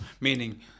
meaning